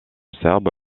serbe